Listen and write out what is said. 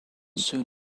soon